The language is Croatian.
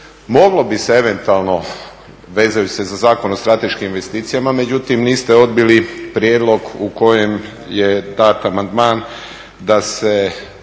Moglo bi se eventualno, vezuje se za Zakon o strateškim investicijama, međutim niste odbili prijedlog u kojem je dat amandman da se